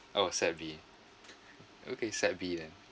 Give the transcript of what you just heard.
oh set B okay set B then